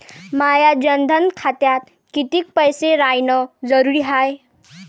माया जनधन खात्यात कितीक पैसे रायन जरुरी हाय?